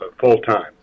full-time